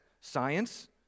science